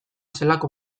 zelako